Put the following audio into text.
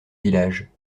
village